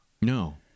No